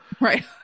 Right